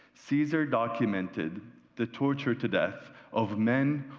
caesar documented the torture to death of men,